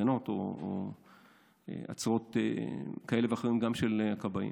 הפגנות או עצרות כאלה ואחרות גם של הכבאים,